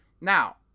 Now